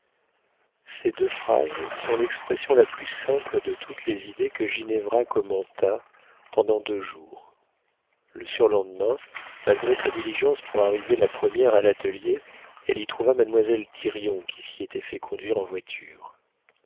ces deux phrases sont l'expression la plus simple de toutes les idées que ginevra commenta pendant deux jours le surlendemain malgré sa diligence pour arriver la première à l'atelier elle y trouva mademoiselle thirion qui s'y était fait conduire en voiture